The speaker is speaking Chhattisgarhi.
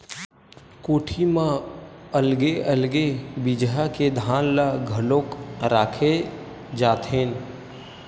कोठी मन म अलगे अलगे बिजहा के धान ल घलोक राखे जाथेन